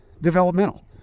developmental